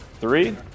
three